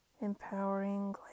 empowering